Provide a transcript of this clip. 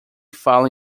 fala